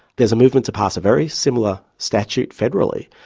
there's a movement to pass a very similar statute federally,